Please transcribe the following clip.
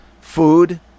Food